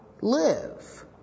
live